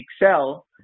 Excel